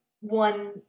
one